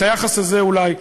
את היחס הזה, אולי,